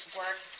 work